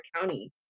county